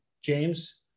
James